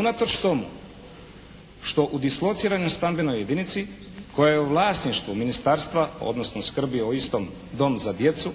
Unatoč tomu što u dislociranoj stambenoj jedinici koja je u vlasništvu ministarstva, odnosno skrb je u istom dom za djecu